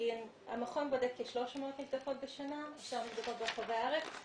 המכון בודק כ-300 נבדקות בשנה ברחבי הארץ.